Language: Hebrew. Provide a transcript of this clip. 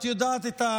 את יודעת,